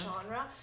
genre